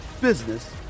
business